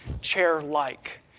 chair-like